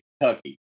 Kentucky